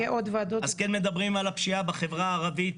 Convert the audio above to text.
אז כן מדברים על הפשיעה בחברה הערבית,